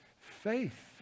faith